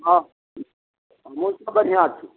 हँ हमहुँ सभ बढ़िआँ छी